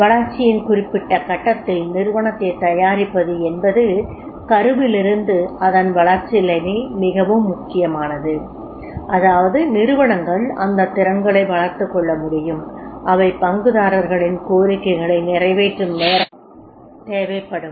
வளர்ச்சியின் குறிப்பிட்ட கட்டத்தில் நிறுவனத்தைத் தயாரிப்பது என்பது கருவில் இருந்து அதன் வளர்ச்சி நிலை மிகவும் முக்கியமானது அதாவது நிறுவனங்கள் அந்த திறன்களை வளர்த்துக் கொள்ள முடியும் அவை பங்குதாரர்களின் கோரிக்கைகளை நிறைவேற்றும் நேரத்தில் தேவைப்படும்